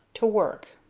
to work.